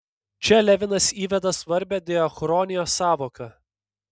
čia levinas įveda svarbią diachronijos sąvoką